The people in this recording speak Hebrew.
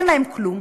אין להן כלום,